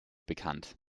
bekannt